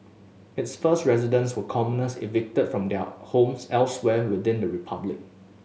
its first residents were commoners evicted from their homes elsewhere within the republic